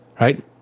right